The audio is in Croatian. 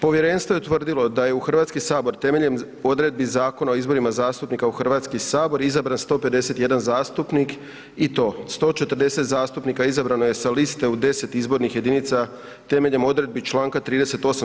Povjerenstvo je utvrdilo da je u Hrvatski sabor temeljem odredbi Zakona o izborima zastupnika u Hrvatski sabor izabran 151 zastupnik i to, 140 zastupnika izabrano je sa liste u 10 izbornih jedinica temeljem odredbi Članka 38.